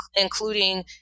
including